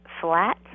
flat